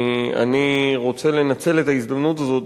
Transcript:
אני רוצה לנצל את ההזדמנות הזאת,